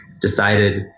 decided